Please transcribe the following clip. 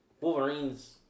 Wolverine's